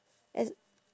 as